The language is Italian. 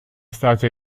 stato